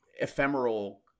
ephemeral